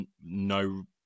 no